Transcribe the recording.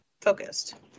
focused